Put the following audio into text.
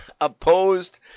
opposed